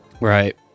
right